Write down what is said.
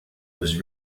was